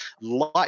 light